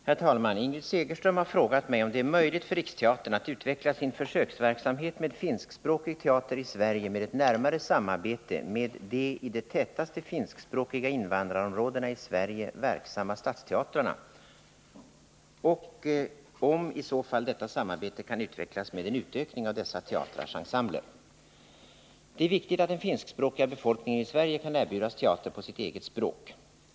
Herr talman! Ingrid Segerström har frågat mig om det är möjligt för Riksteatern att utveckla sin försöksverksamhet med finskspråkig teater i Sverige med ett närmare samarbete med de i de tätaste finskspråkiga invandrarområdena i Sverige verksamma stadsteatrarna och om i så fall detta samarbete kan utvecklas med en utökning av dessa teatrars ensembler. Det är viktigt att den finskspråkiga befolkningen i Sverige kan erbjudas teater på sitt eget språk.